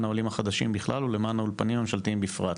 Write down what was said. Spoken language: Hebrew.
העולים החדשים בכלל ולמען האולפנים הממשלתיים בפרט,